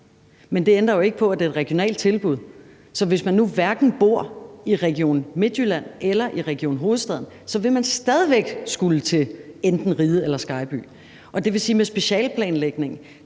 men det ændrer jo ikke på, at det er et regionalt tilbud. Så hvis man nu hverken bor i Region Midtjylland eller i Region Hovedstaden, vil man stadig væk skulle til enten Riget eller Skejby. Det vil sige, at med specialeplanlægningen